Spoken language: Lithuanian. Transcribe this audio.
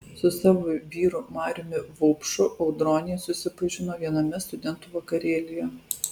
su savo vyru mariumi vaupšu audronė susipažino viename studentų vakarėlyje